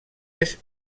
est